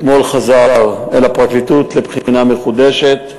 ואתמול חזר אל הפרקליטות לבחינה מחודשת.